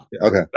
okay